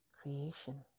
creation